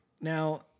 Now